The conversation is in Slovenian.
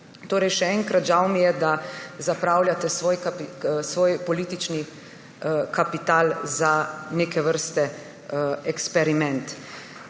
Še enkrat, žal mi je, da zapravljate svoj politični kapital za neke vrste eksperiment.